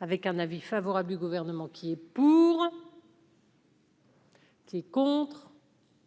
avec un avis favorable du gouvernement. Qui est pour. Des contres.